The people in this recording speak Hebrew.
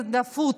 הנרדפות?